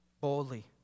boldly